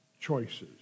choices